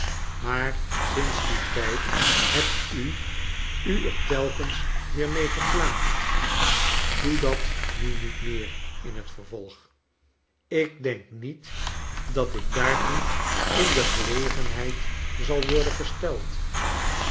maar sinds dien tijd hebt u u er telkens weer mee geplaagol doe dat nu niet meer in het vervolg ik denk niet dat ik daartoe in de gelegenheid zal worden gesteld